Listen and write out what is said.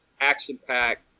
action-packed